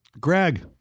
Greg